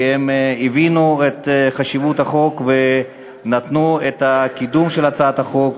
כי הם הבינו את חשיבות החוק ונתנו את הקידום של הצעת החוק,